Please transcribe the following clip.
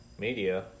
media –